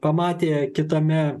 pamatė kitame